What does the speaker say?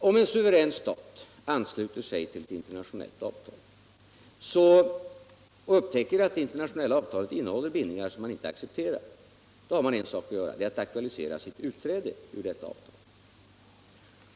Om en suverän stat ansluter sig till ett internationellt avtal och upptäcker att detta internationella avtal innehåller bindningar som man inte accepterar, så har man en sak att göra: att aktualisera sitt utträde ur avtalet.